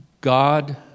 God